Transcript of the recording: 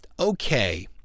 okay